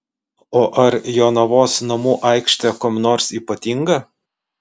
o ar jonavos namų aikštė kuom nors ypatinga